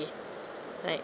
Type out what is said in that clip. today right